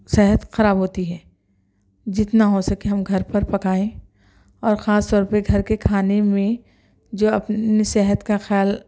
صحت خراب ہوتی ہے جتنا ہو سکے ہم گھر پر پکائیں اور خاص طور پہ گھر کے کھانے میں جو اپنی صحت کا خیال